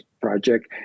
project